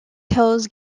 tells